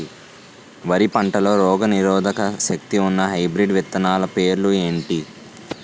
వరి పంటలో రోగనిరోదక శక్తి ఉన్న హైబ్రిడ్ విత్తనాలు పేర్లు ఏంటి?